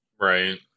Right